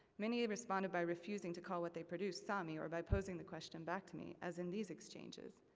many responded by refusing to call what they produce sami, or by posing the question back to me, as in these exchanges.